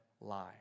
lie